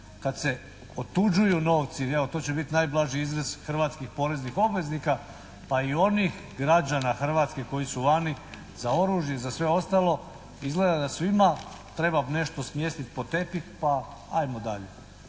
kad se otuđuju novci, jer evo to će biti najblaži izraz, hrvatskih poreznih obveznika, pa i onih građana Hrvatske koji su vani za oružje i za sve ostalo, izgleda da svima treba nešto smjestiti pod tepih pa ajmo dalje.